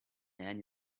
man